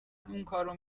اونکارو